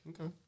Okay